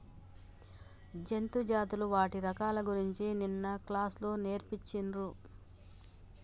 జంతు జాతులు వాటి రకాల గురించి నిన్న క్లాస్ లో నేర్పిచిన్రు